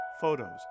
photos